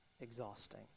exhausting